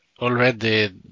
already